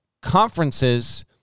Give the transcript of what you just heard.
conferences